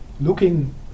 looking